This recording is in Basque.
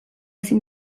ezin